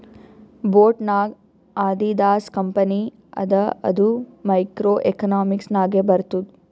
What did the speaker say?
boat ನಾಗ್ Adidas company ಅದ ಅದು ಮೈಕ್ರೋ ಎಕನಾಮಿಕ್ಸ್ ನಾಗೆ ಬರ್ತುದ್